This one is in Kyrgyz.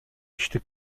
ишти